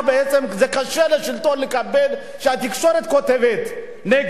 בעצם זה קשה לשלטון לקבל שהתקשורת כותבת נגד,